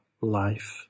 life